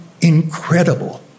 incredible